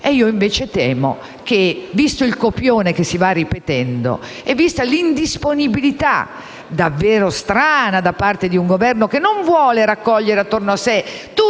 ho un timore, visto il copione che si va ripetendo e vista l'indisponibilità davvero strana da parte di un Governo che non vuole raccogliere attorno a sé tutte le